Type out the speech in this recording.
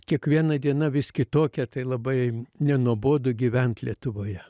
kiekviena diena vis kitokia tai labai nenuobodu gyvent lietuvoje